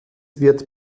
wird